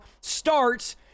starts